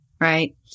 Right